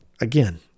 again